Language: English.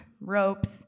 ropes